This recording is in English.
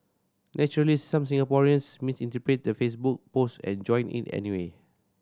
naturally some Singaporeans misinterpreted the Facebook post and joined it anyway